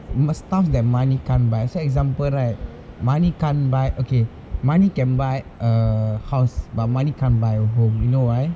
must of that money can't buy so example right money can't buy okay money can buy err house but money can't buy a home you know why